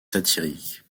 satirique